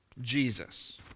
Jesus